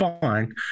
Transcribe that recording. fine